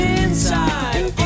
inside